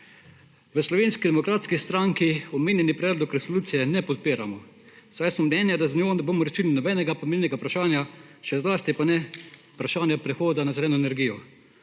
V Slovenski demokratski stranki omenjenega predloga resolucije ne podpiramo, saj smo mnenja, da z njo ne bomo rešili nobenega pomembnega vprašanja, še zlasti pa ne vprašanja prehoda na zeleno energijo.